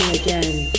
again